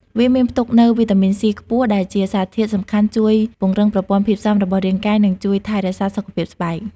វាមានផ្ទុកនូវ វីតាមីន ស៊ី ខ្ពស់ ដែលជាសារធាតុសំខាន់ជួយពង្រឹងប្រព័ន្ធភាពស៊ាំរបស់រាងកាយ និងជួយថែរក្សាសុខភាពស្បែក។